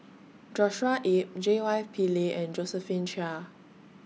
Joshua Ip J Y Pillay and Josephine Chia